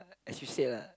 as you said lah